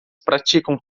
praticam